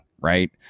right